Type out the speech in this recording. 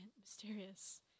mysterious